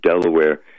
Delaware